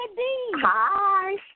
Hi